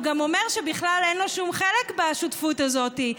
הוא גם אומר שבכלל אין לו שום חלק בשותפות הזאת.